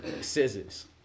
Scissors